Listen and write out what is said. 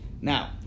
Now